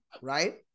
right